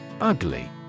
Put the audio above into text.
Ugly